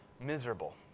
miserable